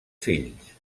fills